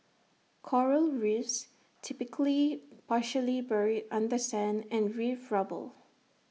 Coral reefs typically partially buried under sand and reef rubble